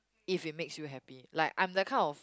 if it makes you happy like I'm the kind of